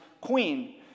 queen